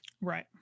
Right